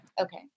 Okay